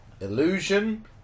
Illusion